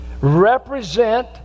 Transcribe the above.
represent